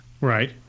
Right